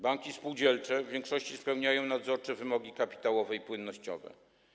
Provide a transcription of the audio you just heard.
Banki spółdzielcze w większości spełniają nadzorcze wymogi kapitałowe i płynnościowe.